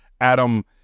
Adam